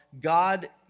God